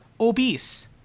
Obese